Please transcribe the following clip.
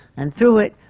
and through it,